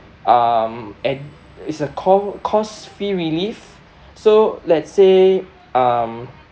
um ad~ it's a cour~ course fee relief so let's say um